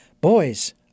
boys